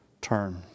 turn